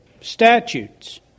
statutes